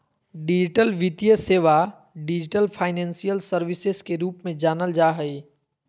digital वित्तीय सेवा, digital financial services के रूप में जानल जा हइ